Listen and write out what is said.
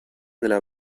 della